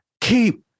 keep